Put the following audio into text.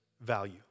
value